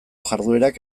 jarduerak